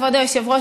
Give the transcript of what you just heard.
כבוד היושב-ראש,